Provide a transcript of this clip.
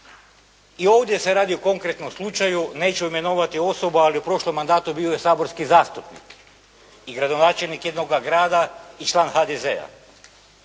i ovdje se radi o konkretnom slučaju, neću imenovati osobu, ali u prošlom mandatu bio je saborski zastupnik i gradonačelnik jednoga grada i član HDZ-a,